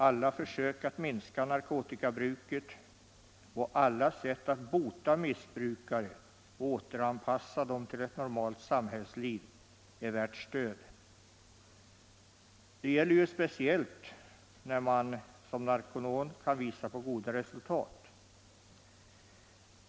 Alla försök att minska narkotikabruket och alla sätt att bota missbrukare och återanpassa dem till ett normal samhällsliv är värda stöd. Det gäller speciellt när man som Narconon kan visa på goda resultat.